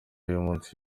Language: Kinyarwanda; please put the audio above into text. y’umunsi